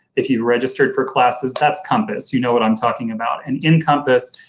if you've registered for classes, that's compass. you know what i'm talking about. and in compass,